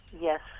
Yes